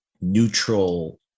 neutral